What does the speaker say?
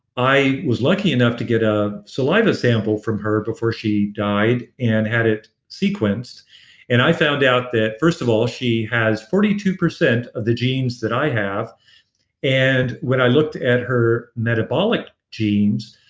i was lucky enough to get a saliva sample from her before she died and had it sequenced and i found out that, first of all, she has forty two percent of the genes that i have and when i looked at her metabolic genes,